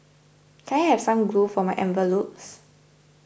can I have some glue for my envelopes